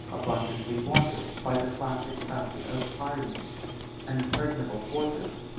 abundantly watered by the classic fountain of pirene an impregnable fortress,